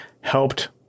helped